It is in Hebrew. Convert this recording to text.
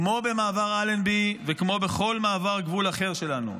כמו במעבר אלנבי וכמו בכל מעבר גבול אחר שלנו.